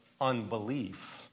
unbelief